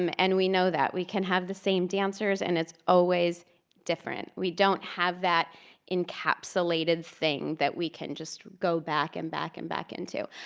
um and we know that. we can have the same dancers and it's always different. we don't have that encapsulated thing that we can just go back and back and back into.